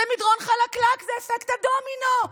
זה מדרון חלקלק, זה אפקט הדומינו.